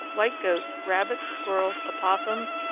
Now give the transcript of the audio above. white goats, rabbits, squirrels, opossums,